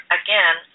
again